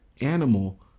animal